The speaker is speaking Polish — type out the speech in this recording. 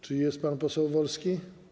Czy jest pan poseł Wolski?